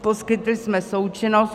Poskytli jsme součinnost.